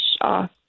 off